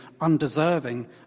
undeserving